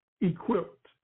equipped